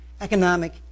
economic